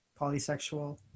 Polysexual